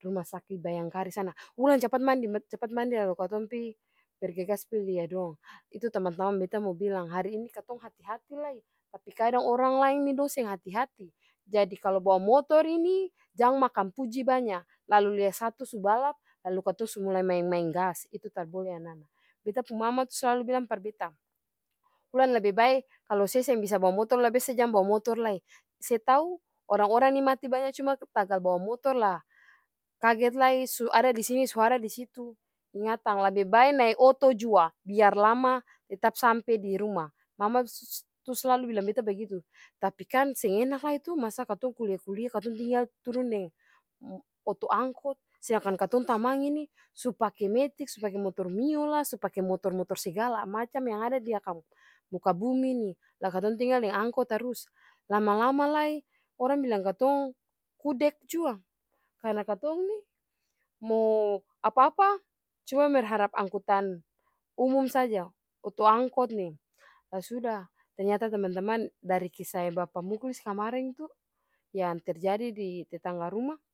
ruma saki bayangkari sana. Wulan capat mandi capat mandi lalu katong pi bergegas pi lia dong. Itu tamang tamang beta mo bilang hari ini katong hati-hati lai tapi kadang orang laeng ini dong seng hati-hati jadi kalu bawa motor ini jang makang puji banya, lalu lia satu su balap katong mulai maeng gas itu tar bole ana-ana. Beta pung mama tuh selalu bilang par beta wulan lebe bae kalu se seng bisa bawa motor lebe bae jang se bawa motor lai, se tau orang-orang nih mati banya cuma tagal bawa motor lah kaget lai su ada disini su ada disitu ingatang lebe bae nae oto jua biar lama tetap sampe diruma. Mama tuh slalu bilang beta bagitu. Tapi kan seng enak lai to masa katong kulia-kulia katong tinggal turung deng oto angkot, sedangkan katong tamang ini su pake metik, supake motor mio lah, supake motor-motor segala macam yang ada di muka bumi ini, lah katong tinggal deng angkot tarus. Lama-lama lai orang bilang katong udek jua, karna katong nih mo apa-apa cuma berharap angkutan umum saja oto angkot nih, lah suda. Ternyata teman-teman dari kisah yang bapa muklis kamaren tuh yang terjadi di tetangga rumah.